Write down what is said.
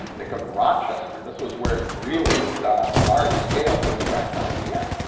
think of rochester. this was where it really was done on a large scale to attract ibm.